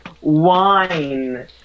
wine